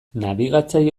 nabigatzaile